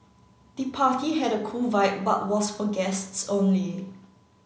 the party had a cool vibe but was for guests only